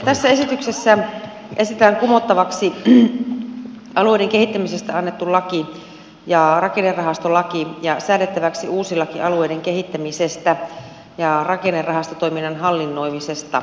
tässä esityksessä esitetään kumottavaksi alueiden kehittämisestä annettu laki ja rakennerahastolaki ja säädettäväksi uusi laki alueiden kehittämisestä ja rakennerahastotoiminnan hallinnoimisesta